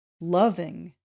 loving